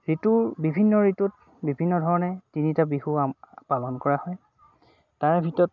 বিভিন্ন ঋতুত বিভিন্ন ধৰণে তিনিটা বিহু পালন কৰা হয় তাৰে ভিতৰত